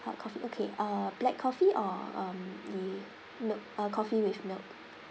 hot coffee okay uh black coffee or um the milk uh coffee with milk